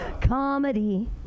Comedy